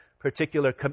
Particular